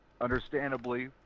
understandably